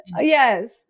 yes